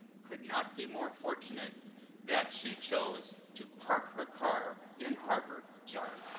could not be more fortunate that she chose to park her car in harvard yard.